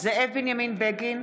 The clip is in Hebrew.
זאב בנימין בגין,